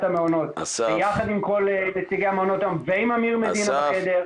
המעונות ביחד עם כל נציגי המעונות ועם אמיר מדינה בחדר.